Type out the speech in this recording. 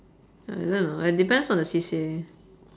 I don't know it depends on the C_C_A